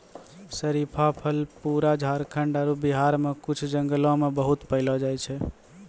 शरीफा फल पूरा झारखंड आरो बिहार के कुछ जंगल मॅ बहुत पैलो जाय छै